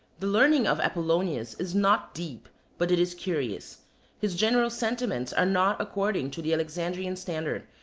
the learning of apollonius is not deep but it is curious his general sentiments are not according to the alexandrian standard,